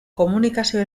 komunikazio